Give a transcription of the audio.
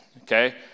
okay